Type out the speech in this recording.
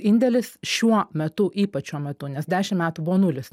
indėlis šiuo metu ypač šiuo metu nes dešim metų buvo nulis